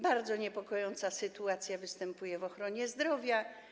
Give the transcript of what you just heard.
Bardzo niepokojąca sytuacja występuje w ochronie zdrowia.